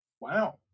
Wow